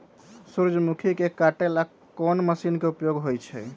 सूर्यमुखी के काटे ला कोंन मशीन के उपयोग होई छइ?